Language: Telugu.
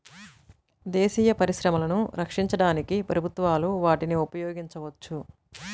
దేశీయ పరిశ్రమలను రక్షించడానికి ప్రభుత్వాలు వాటిని ఉపయోగించవచ్చు